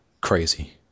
crazy